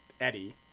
Eddie